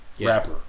rapper